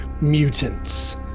mutants